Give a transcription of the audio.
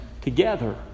together